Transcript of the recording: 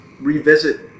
revisit